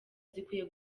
zikwiye